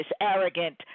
arrogant